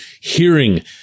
hearing